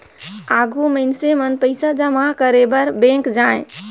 आघु मइनसे मन पइसा जमा करे बर बेंक जाएं